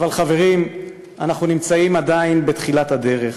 אבל, חברים, אנחנו נמצאים עדיין בתחילת הדרך,